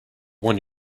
one